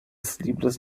sleepless